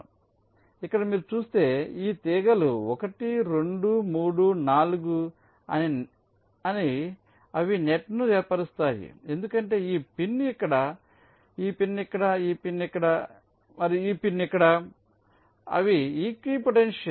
కాబట్టి ఇక్కడ మీరు చూస్తే ఈ తీగలు 1 2 3 4 అవి నెట్ను ఏర్పరుస్తాయి ఎందుకంటే ఈ పిన్ ఇక్కడ ఈ పిన్ ఇక్కడ ఈ పిన్ ఇక్కడ మరియు ఈ పిన్ ఇక్కడ అవి ఈక్వి పొటెన్షియల్